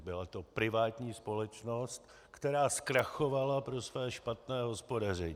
Byla to privátní společnost, která zkrachovala pro své špatné hospodaření.